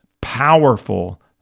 powerful